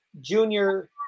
junior